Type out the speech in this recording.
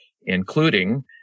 including